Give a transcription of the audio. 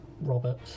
Robert